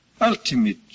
ultimate